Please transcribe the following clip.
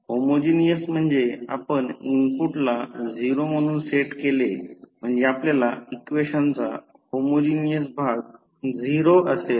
homogeneous म्हणजे आपण इनपुटला 0 म्हणून सेट केले म्हणजे आपल्या इक्वेशनचा होमोजिनियस भाग 0 असेल